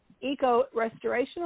eco-restorational